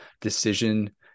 decision